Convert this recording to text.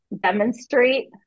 demonstrate